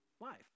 life